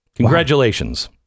Congratulations